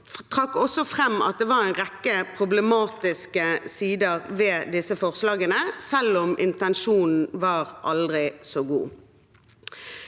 man trakk også fram at det var en rekke problematiske sider ved disse forslagene, selv om intensjonen var aldri så god.